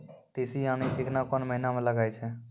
तीसी यानि चिकना कोन महिना म लगाय छै?